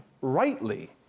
rightly